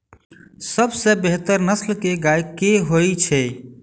सबसँ बेहतर नस्ल केँ गाय केँ होइ छै?